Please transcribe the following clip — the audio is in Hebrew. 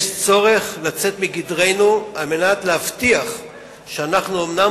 יש צורך לצאת מגדרנו כדי להבטיח שאנחנו אומנם